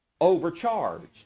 overcharged